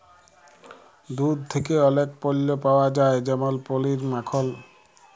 দুহুদ থ্যাকে অলেক পল্য পাউয়া যায় যেমল পলির, মাখল